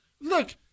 look